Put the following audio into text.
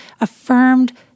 affirmed